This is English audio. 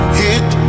hit